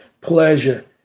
pleasure